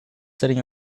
sitting